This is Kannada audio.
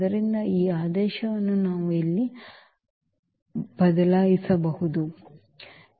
ಆದ್ದರಿಂದ ಈ ಆದೇಶವನ್ನು ನಾವು ಇಲ್ಲಿ ಆದೇಶವನ್ನು ಬದಲಾಯಿಸಿದರೆ